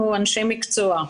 אנחנו אנשי מקצוע,